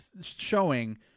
showing